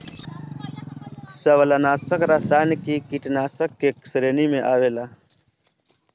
शैवालनाशक रसायन भी कीटनाशाक के श्रेणी में ही आवेला